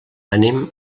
anem